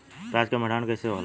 प्याज के भंडारन कइसे होला?